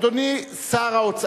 [רשומות (הצעות חוק,